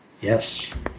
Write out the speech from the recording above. Yes